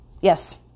Yes